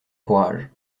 courage